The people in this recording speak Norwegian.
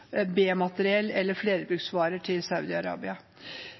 B-materiell eller flerbruksvarer til